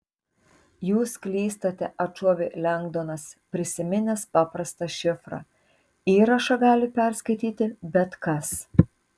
jūs klystate atšovė lengdonas prisiminęs paprastą šifrą įrašą gali perskaityti bet kas